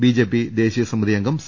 BJP ദേശീയ സമിതി അംഗം സി